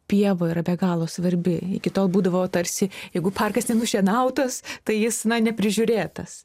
pieva yra be galo svarbi iki tol būdavo tarsi jeigu parkas nenušienautas tai jis na neprižiūrėtas